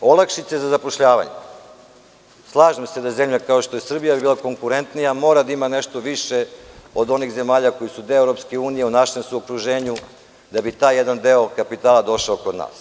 Olakšice za zapošljavanje, slažem se da bi zemlja kao što je Srbija … bila konkurentnija mora da ima nešto više od onih zemalja koje su deo EU, u našem su okruženju, da bi taj jedan deo kapitala došao kod nas.